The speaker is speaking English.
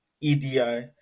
EDI